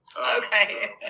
Okay